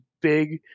big